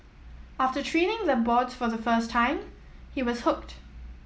after treading the boards for the first time he was hooked